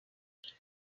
qu’est